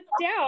down